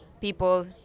people